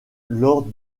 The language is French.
lors